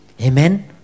Amen